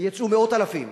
ויצאו מאות אלפים,